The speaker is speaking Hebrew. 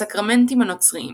הסקרמנטים הנוצריים